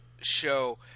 show